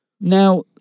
Now